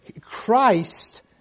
Christ